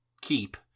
keep